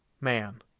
Man